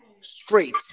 straight